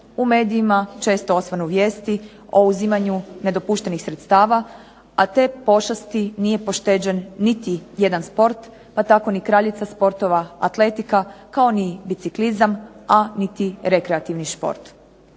u medijima često osvanu vijesti o uzimanju nedopuštenih sredstava, a te pošasti nije pošteđen niti jedan sport, pa tako ni kraljica sportova atletika kao ni biciklizam, a niti rekreativni šport.